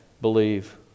believe